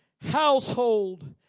household